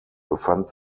befand